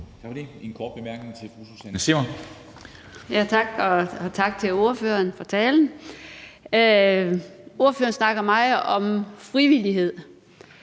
Tak. Tak til ordføreren for talen. Ordføreren snakker meget om frivillighed.